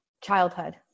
childhood